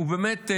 הוא באמת,